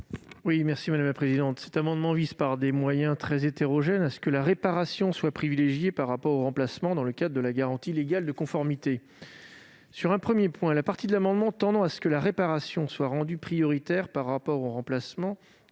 est l'avis de la commission ? Cet amendement tend, par des moyens très hétérogènes, à ce que la réparation soit privilégiée par rapport au remplacement dans le cadre de la garantie légale de conformité. Premièrement, la partie de l'amendement visant à ce que la réparation soit rendue prioritaire par rapport au remplacement